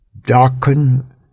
darken